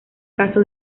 caso